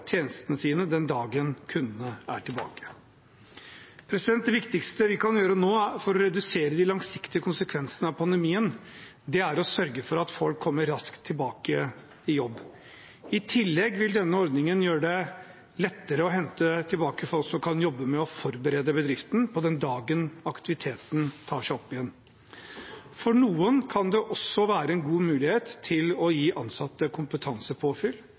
tjenestene sine den dagen kundene er tilbake. Det viktigste vi kan gjøre nå for å redusere de langsiktige konsekvensene av pandemien, er å sørge for at folk kommer raskt tilbake i jobb. I tillegg vil denne ordningen gjøre det lettere å hente tilbake folk som kan jobbe med å forberede bedriften på den dagen aktiviteten tar seg opp igjen. For noen kan det også være en god mulighet til å gi ansatte kompetansepåfyll,